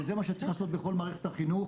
וזה מה שצריך לעשות בכל מערכת החינוך,